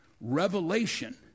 revelation